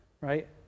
right